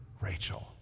Rachel